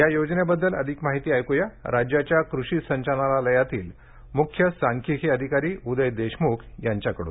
या योजनेबददल आधिक माहिती ऐकूया राज्याच्या कृषी संचालनालयातील मुख्य सांख्यिकी अधिकारी उदय देशमुख यांच्याकडून